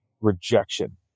rejection